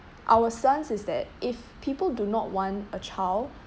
our stance is that if people do not want a child